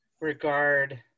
regard